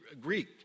Greek